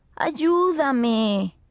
ayúdame